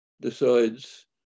decides